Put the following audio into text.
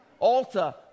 Alta